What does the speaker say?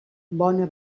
bona